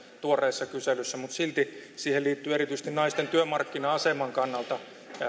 tuoreessa kyselyssä mutta silti siihen liittyy erityisesti naisten työmarkkina aseman kannalta